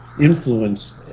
influence